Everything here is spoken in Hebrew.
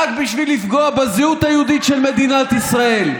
בשביל לפגוע בזהות היהודית של מדינת ישראל.